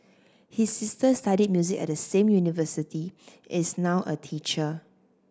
his sister studied music at the same university and is now a teacher